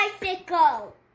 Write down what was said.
bicycle